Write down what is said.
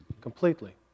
Completely